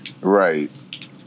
Right